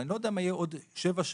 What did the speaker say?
אבל אני לא יודע מה יהיה בעוד 7 שנים.